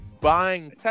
buying